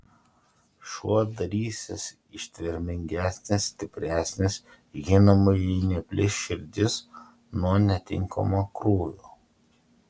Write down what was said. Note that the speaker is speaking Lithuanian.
šuo darysis ištvermingesnis stipresnis žinoma jei neplyš širdis nuo netinkamo krūvio